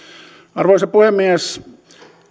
arvoisa puhemies